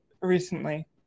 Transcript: recently